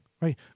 Right